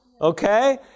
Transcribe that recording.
Okay